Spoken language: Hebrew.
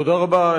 תודה רבה.